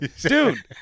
Dude